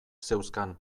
zeuzkan